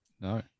No